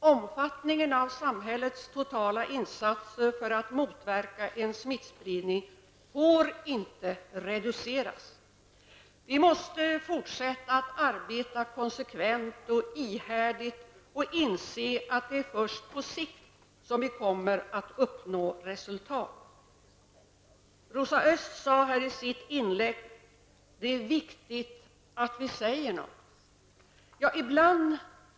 Omfattningen av samhällets totala insatser för att motverka en smittspridning får inte reduceras. Vi måste fortsätta att arbeta konsekvent och ihärdigt och inse att det är först på sikt som vi kommer att uppnå resultat. Rosa Östh sade i sitt inlägg att det är viktigt att vi säger något.